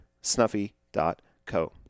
Snuffy.co